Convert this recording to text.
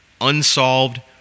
unsolved